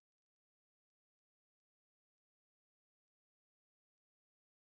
okay then in front of that shop there's this ship think it's a